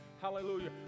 Hallelujah